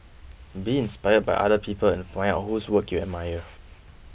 be inspired by other people and find out whose work you admire